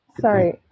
sorry